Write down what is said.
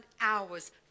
hours